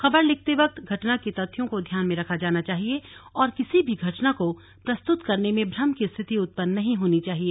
खबर लिखते वक्त घटना के तथ्यों को ध्यान में रखा जाना चाहिए और किसी भी घटना को प्रस्तुत करने में भ्रम की स्थिति उत्पन्न नहीं होनी चाहिए